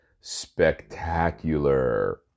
Spectacular